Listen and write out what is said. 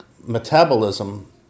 metabolism